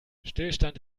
stillstand